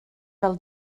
fel